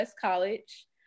College